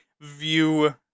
view